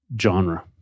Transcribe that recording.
genre